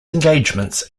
engagements